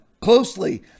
closely